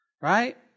Right